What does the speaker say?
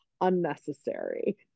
unnecessary